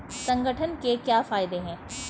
संगठन के क्या फायदें हैं?